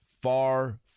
far